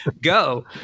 go